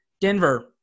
Denver